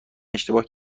اشتباه